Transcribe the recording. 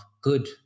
good